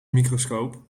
microscoop